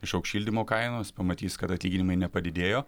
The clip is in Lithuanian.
išaugs šildymo kainos pamatys kad atlyginimai nepadidėjo